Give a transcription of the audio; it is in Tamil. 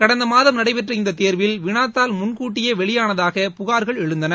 கடந்த மாதம் நடைபெற்ற இந்த தேர்வில் வினாத்தாள் முன்கூட்டியே வெளியானதாக புகார்கள் எழுந்தன